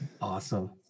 awesome